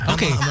Okay